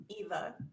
Eva